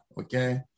okay